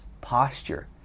posture